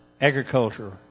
agriculture